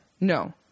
no